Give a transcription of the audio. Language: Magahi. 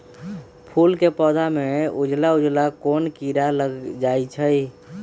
फूल के पौधा में उजला उजला कोन किरा लग जई छइ?